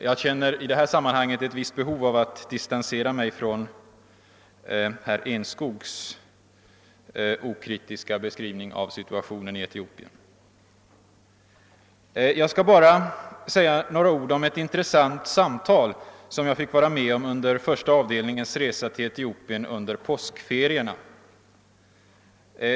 Jag känner i detta sammanhang ett visst behov av att distansera mig från herr Enskogs okritiska beskrivning av situationen i Etiopien. Jag skall bara säga några ord om ett intressant samtal, som jag fick vara med om under statsutskottets första avdelnings resa till Etiopien under påskferierna.